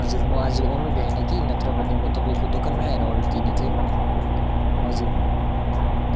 हजुर म आजु आउनु भ्याइनँ कि नत्र भने म तपाईँको दोकानमै आएर अर्डर दिने थिएँ हजुर